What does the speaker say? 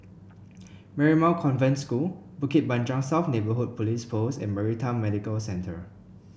Marymount Convent School Bukit Panjang South Neighbourhood Police Post and Maritime Medical Centre